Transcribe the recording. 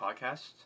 podcast